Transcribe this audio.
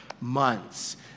months